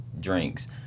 drinks